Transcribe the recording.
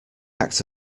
act